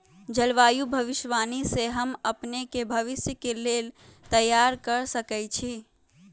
जलवायु भविष्यवाणी से हम अपने के भविष्य के लेल तइयार कऽ सकै छी